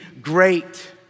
great